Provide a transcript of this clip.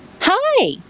Hi